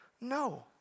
No